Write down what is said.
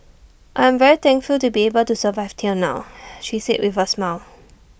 I am very thankful to be able to survive till now she said with A smile